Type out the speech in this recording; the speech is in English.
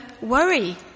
worry